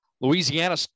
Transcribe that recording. Louisiana